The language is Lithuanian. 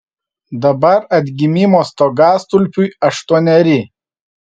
dabar atgimimo stogastulpiui aštuoneri